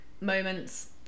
moments